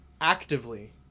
actively